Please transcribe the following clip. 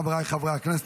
חבריי חברי הכנסת,